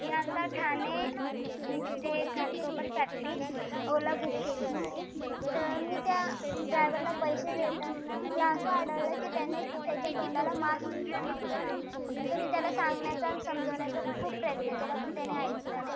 मी आता ठाणे ते घाटकोपरसाठी ओला बुक केली होती तर मी त्या ड्रायवरला पैसे देताना मला असे आढळले की त्याने त्याच्या तोंडाला मास्क नव्हता लावला तर मी त्याला सांगण्याचा आणि समजवण्याचा खूप प्रयत्न केला पण त्याने ऐकले नाही